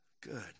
Good